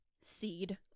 seed